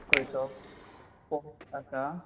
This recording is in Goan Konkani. खंयचो स्कोप आसा